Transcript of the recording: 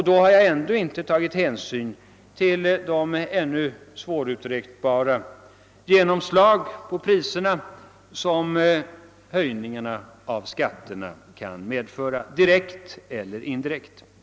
Då har jag ändå inte tagit hänsyn till de ännu mer svårberäknade genomslag på priserna som höjningarna av skatterna direkt eller indirekt kan medföra.